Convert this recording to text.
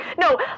No